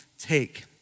take